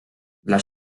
les